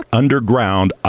underground